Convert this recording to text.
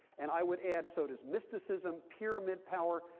and i would add so does mysticism, pyramid power,